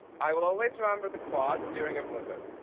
i will always remember the quad during a blizzard.